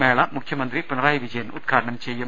മേള മുഖ്യമന്ത്രി പിണറായി വിജയൻ ഉദ്ഘാടനം ചെയ്യും